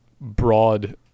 broad